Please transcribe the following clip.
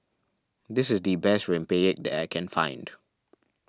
this is the best Rempeyek that I can find